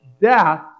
death